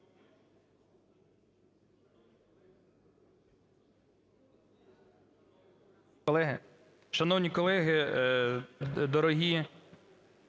Дякую